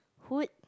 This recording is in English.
hood